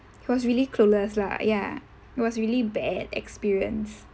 he was really clueless lah ya it was really bad experience